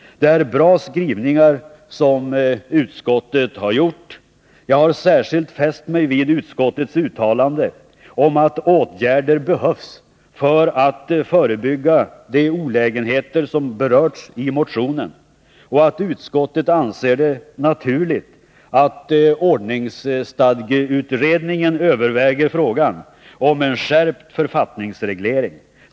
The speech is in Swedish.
Det är bra skrivningar som utskottet har gjort. Jag har särskilt fäst mig vid utskottets uttalande om att åtgärder behövs för att förebygga de olägenheter som berörts i motionen och att utskottet anser det naturligt att ordningsstadgeutredningen överväger frågan om en skärpt författningsreglering.